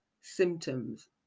symptoms